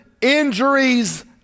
injuries